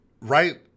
right